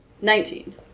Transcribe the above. Nineteen